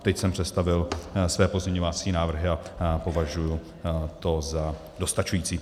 Teď jsem představil své pozměňovacími návrhy a považuji to za dostačující.